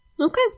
Okay